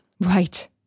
Right